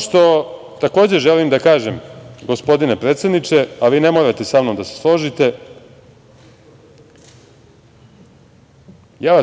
što takođe želim da kažem, gospodine predsedniče, a vi ne morate samnom da se složite,